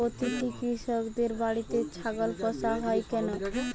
প্রতিটি কৃষকদের বাড়িতে ছাগল পোষা হয় কেন?